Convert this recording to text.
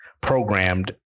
Programmed